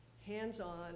hands-on